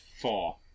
four